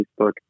facebook